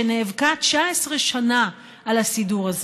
שנאבקה 19 שנה על הסידור הזה: